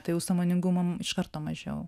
tai jau sąmoningumo iš karto mažiau